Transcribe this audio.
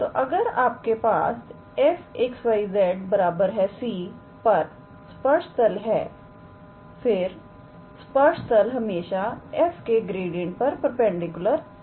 तो अगर आपके पास 𝑓𝑥 𝑦 𝑧 𝑐 पर स्पर्श तल है फिर स्पर्श तल हमेशा f के ग्रेडियंट पर परपेंडिकुलर होगा